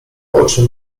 oczy